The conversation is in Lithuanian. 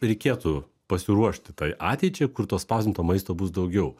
reikėtų pasiruošti tai ateičiai kur to spausdinto maisto bus daugiau